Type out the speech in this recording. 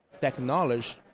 technology